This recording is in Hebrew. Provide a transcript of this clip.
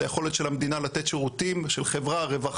ליכולת של המדינה לתת שירותים של רווחה,